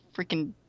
freaking